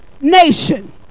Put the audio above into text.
nation